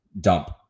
dump